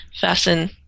fasten